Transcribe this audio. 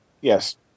Yes